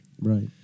Right